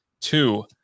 two